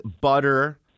butter